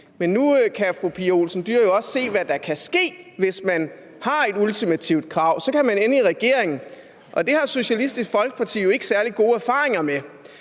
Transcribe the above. men nu kan fru Pia Olsen Dyhr jo også se, hvad der kan ske, hvis man har et ultimativt krav: Man kan ende i regering. Det har Socialistisk Folkeparti jo ikke særlig gode erfaringer med.